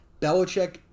Belichick